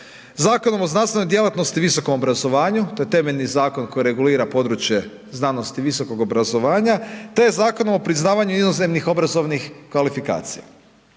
Zakonom o znanstvenoj djelatnosti i visokom obrazovanju, to je temeljni zakon koji regulira područje znanosti i visokog obrazovanja te Zakon o priznavanju inozemnih obrazovnih kvalifikacija.